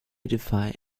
defy